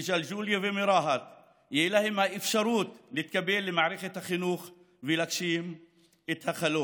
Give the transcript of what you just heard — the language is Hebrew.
מג'לג'וליה ומרהט תהיה האפשרות להתקבל למערכת החינוך ולהגשים את החלום,